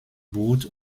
bucht